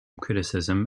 criticism